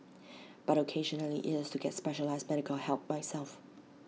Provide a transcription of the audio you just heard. but occasionally IT is to get specialised medical help myself